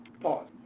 Pause